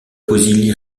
poésie